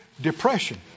depression